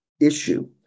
issue